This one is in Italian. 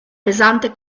pesante